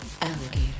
alligator